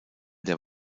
der